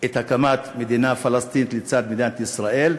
את הקמת מדינה פלסטינית לצד מדינת ישראל,